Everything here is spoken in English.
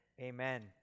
amen